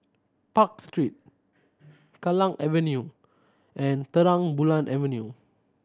Park Street Kallang Avenue and Terang Bulan Avenue